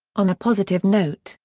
on a positive note,